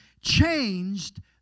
changed